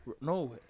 No